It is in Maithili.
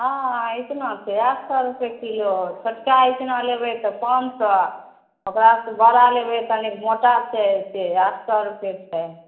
हँ इचना छै आठ सए रुपे किलो छोटका इचना लेबै तऽ पाॅंच सए ओकरा से बड़ा लेबै तनिक मोटा छै से आठ सए रुपे छै